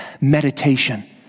Meditation